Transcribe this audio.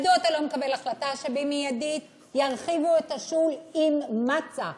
מדוע אתה לא מקבל החלטה שמייד ירחיבו את השול עם מצע,